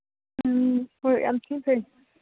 ꯎꯝ ꯍꯣꯏ ꯌꯥꯝ ꯊꯤ ꯐꯩ